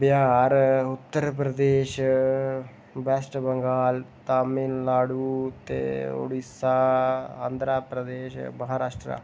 Bihar Uttar Pradesh West Bengal Tamil Nadu ते उड़ीसा आंध्रा प्रदेश महाराश्ट्रा